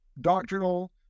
doctrinal